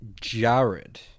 Jared